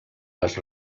les